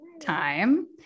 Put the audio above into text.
time